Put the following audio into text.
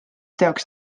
teoks